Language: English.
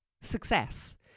success